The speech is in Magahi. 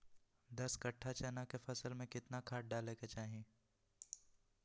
दस कट्ठा चना के फसल में कितना खाद डालें के चाहि?